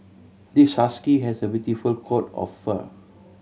this husky has a beautiful coat of fur